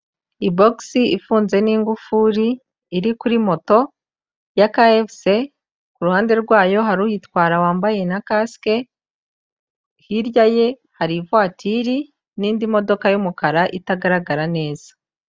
Ibogisi ifunze n'ingufuri, iri kuri moto ya kayefuse, kuruhande rwayo hari uyitwara wambaye na kasike, hirya ye hari ivatiri n'indi modoka y'umukara itagaragara neza.